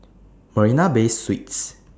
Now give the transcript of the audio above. Marina Bay Suites